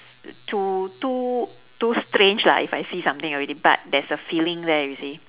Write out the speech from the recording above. too too too strange lah if I see something already but there's a feeling there you see